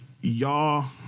y'all